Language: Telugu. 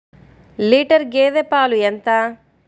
లీటర్ గేదె పాలు ఎంత?